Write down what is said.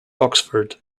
oxford